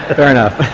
ah fair enough.